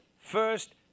first